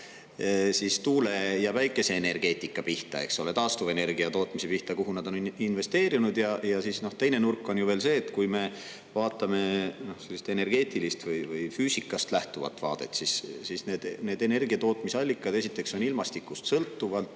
enda tuule- ja päikeseenergeetika pihta, eks ole, taastuvenergia tootmise pihta, kuhu nad on investeerinud. Ja siis teine nurk on ju veel see, et kui me vaatame sellist energeetilist või füüsikast lähtuvat vaadet, siis need energiatootmisallikad esiteks on ilmastikust sõltuvalt